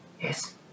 Yes